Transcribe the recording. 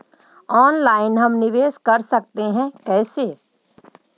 Online हम निवेश कर सकते है, कैसे?